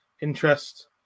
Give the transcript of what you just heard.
interest